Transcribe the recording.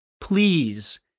Please